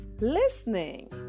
listening